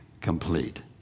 complete